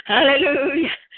Hallelujah